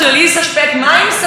לכי ותספרי את הסיפור שלך.